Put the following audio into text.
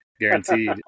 Guaranteed